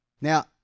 Now